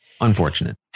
Unfortunate